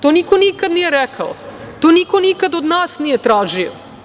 To niko nikada nije rekao, to niko nikad od nas nije tražio.